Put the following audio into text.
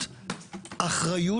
בתחושת אחריות.